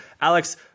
Alex